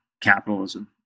capitalism